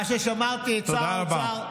מה ששמעתי, שר האוצר,